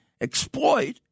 exploit